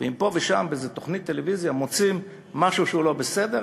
ואם פה ושם באיזו תוכנית טלוויזיה מוצאים משהו שהוא לא בסדר,